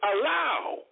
allow